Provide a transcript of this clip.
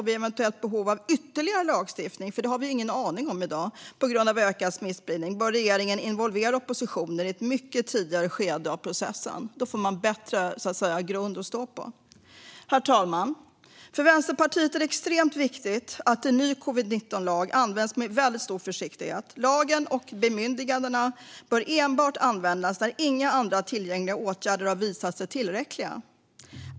Vid eventuellt behov av ytterligare lagstiftning - det har vi ingen aning om i dag - på grund av ökad smittspridning bör regeringen involvera oppositionen i ett mycket tidigare skede av processen. Då får man en bättre grund att stå på. Herr talman! För Vänsterpartiet är det extremt viktigt att en ny covid-19-lag används med en väldigt stor försiktighet. Lagen och bemyndigandena bör enbart användas när inga andra tillgängliga åtgärder har visat sig tillräckliga.